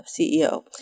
CEO